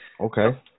Okay